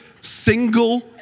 Single